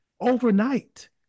overnight